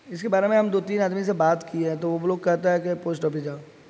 اس کے بارے میں ہم دو تین آدمی سے بات کی ہے تو وہ لوگ کہتا ہے کہ پوسٹ آپس جاؤ